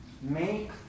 make